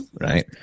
Right